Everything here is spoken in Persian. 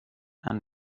قطعا